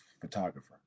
Photographer